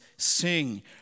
Sing